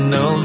no